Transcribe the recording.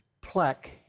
plaque